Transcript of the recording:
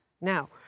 Now